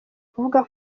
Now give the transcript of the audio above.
kuvuga